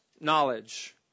knowledge